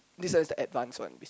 this as the advance one